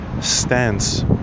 stance